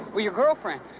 or your girlfriend.